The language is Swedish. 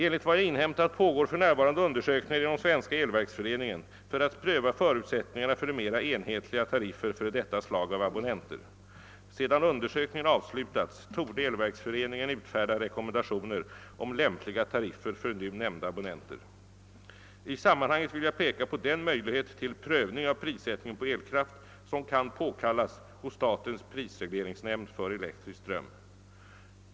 Enligt vad jag inhämtat pågår för närvarande undersökningar inom Svenska elverksföreningen för att pröva förutsättningarna för mera enhetliga tariffer för detta slag av abonnenter. Sedan undersökningarna avslutats torde Elverksföreningen utfärda rekommendationer om lämpliga tariffer för nu nämnda abonnenter. I sammanhanget vill jag peka på den möjlighet till prövning av prissättningen på elkraft som kan påkallas hos statens prisregleringsnämnd för elektrisk ström.